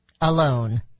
alone